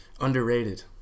Underrated